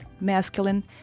Masculine